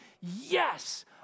yes